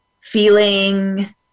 feeling